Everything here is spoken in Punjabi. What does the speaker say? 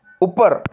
ਉੱਪਰ